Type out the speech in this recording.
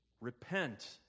Repent